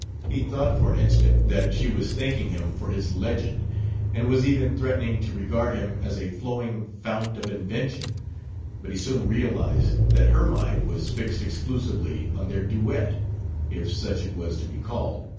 he thought, for an instant, that she was thanking him for his legend and was even threatening to regard him as a flowing fount of invention but he soon realized that her mind was fixed exclusively on their duet if such it was to be called.